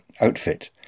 outfit